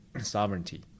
Sovereignty